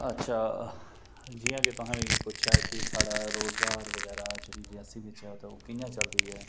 अच्छा जियां के तुसें मिगी पुच्छेआ कि साढ़ा रोजगार बगैरा च रियासी बिच्च ऐ ते ओह् कि'यां चलदी ऐ